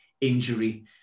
injury